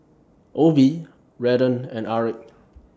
Obie Redden and Aric